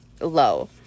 low